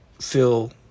feel